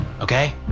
okay